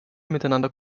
miteinander